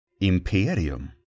imperium